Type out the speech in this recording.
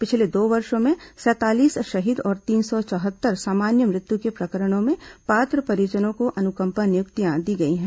पिछले दो वर्षो में सैंतालीस शहीद और तीन सौ चौहत्तर सामान्य मृत्यु के प्रकरणों में पात्र परिजनों को अनुकंपा नियुक्तियां दी गई हैं